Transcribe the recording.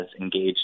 engaged